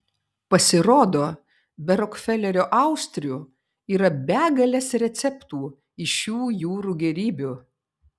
pasirodo be rokfelerio austrių yra begalės receptų iš šių jūrų gėrybių